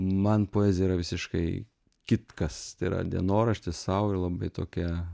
man poezija yra visiškai kitkas tai yra dienoraštis sau ir labai tokia